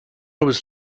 was